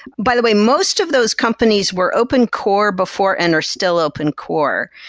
by the way, most of those companies were open core before and are still open core.